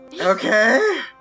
Okay